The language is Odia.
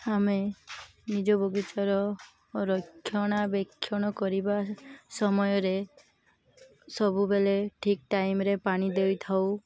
ଆମେ ନିଜ ବଗିଚାର ରକ୍ଷଣବେକ୍ଷଣ କରିବା ସମୟରେ ସବୁବେଳେ ଠିକ୍ ଟାଇମ୍ରେ ପାଣି ଦେଇ ଥାଉ